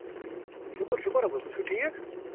شُکُر شُکُر رۅبَس کُن تُہۍ چھُو ٹھیٖک